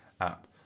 app